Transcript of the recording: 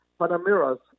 Panameras